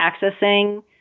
accessing